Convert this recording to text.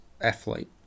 athlete